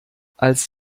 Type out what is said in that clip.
als